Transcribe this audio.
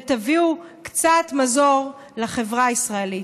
ותביאו קצת מזור לחברה הישראלית.